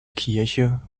kirche